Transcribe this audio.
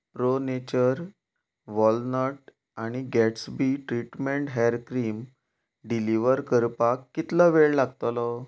pro nature walnut आनी Gatsby treatment hair cream deliver करपाक कितलो वेळ लागतलो